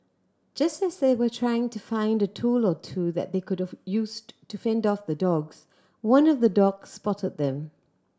just as they were trying to find a tool or two that they could of use to fend off the dogs one of the dogs spotted them